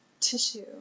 tissue